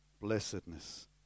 blessedness